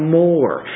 more